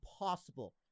impossible